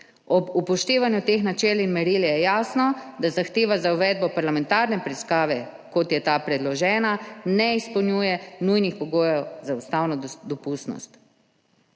Ob upoštevanju teh načel in meril je jasno, da zahteva za uvedbo parlamentarne preiskave, kot je ta predložena, ne izpolnjuje nujnih pogojev za ustavno dopustnost.